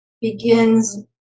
begins